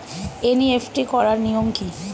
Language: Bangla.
এন.ই.এফ.টি করার নিয়ম কী?